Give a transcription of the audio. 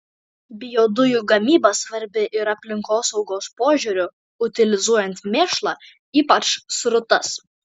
biodujų gamyba svarbi ir aplinkosaugos požiūriu utilizuojant mėšlą ypač srutas